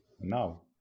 Now